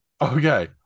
Okay